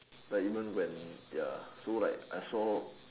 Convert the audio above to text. but every when ya so like I saw